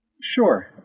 Sure